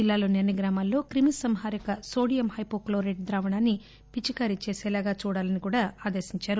జిల్లాలోని అన్ని గ్రామాల్లో క్రిమీ సంహారక నోడియం హైవో క్లోరేట్ ద్రావణాన్ని పిచికారి చేసేలా చూడాలని సూచించారు